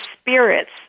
spirits